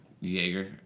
Jaeger